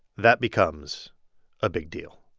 that becomes a big deal.